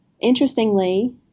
Interestingly